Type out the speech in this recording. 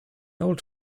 old